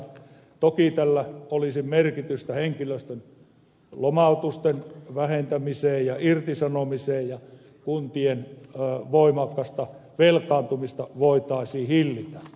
toki tällä olisi merkitystä henkilöstön lomautusten vähentämiseen ja irtisanomiseen ja kuntien voimakasta velkaantumista voitaisiin hillitä